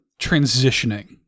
transitioning